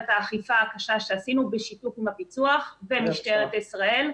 ואת האכיפה הקשה שעשינו בשיתוף עם הפיצו"ח ומשטרת ישראל.